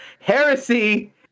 heresy